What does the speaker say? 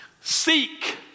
seek